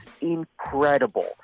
incredible